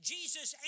Jesus